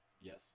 Yes